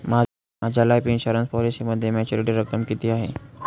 माझ्या life insurance पॉलिसीमध्ये maturity रक्कम किती आहे?